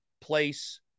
place